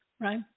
right